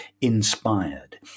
inspired